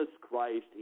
christ